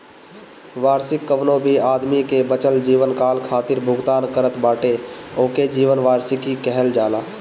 वार्षिकी कवनो भी आदमी के बचल जीवनकाल खातिर भुगतान करत बाटे ओके जीवन वार्षिकी कहल जाला